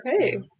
Okay